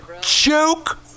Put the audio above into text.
Joke